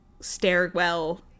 stairwell